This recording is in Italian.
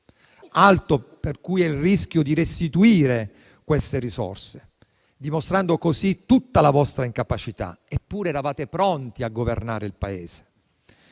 alto è il rischio di restituire queste risorse, dimostrando così tutta la vostra incapacità. Eppure, eravate pronti a governare il Paese.